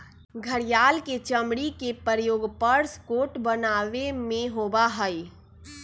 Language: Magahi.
घड़ियाल के चमड़ी के प्रयोग पर्स कोट बनावे में होबा हई